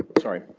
sorry,